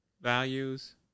values